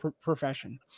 profession